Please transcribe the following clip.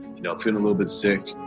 you know, feeling a little bit sick.